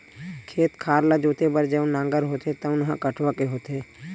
खेत खार ल जोते बर जउन नांगर होथे तउन ह कठवा के होथे